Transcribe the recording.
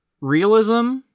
realism